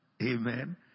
amen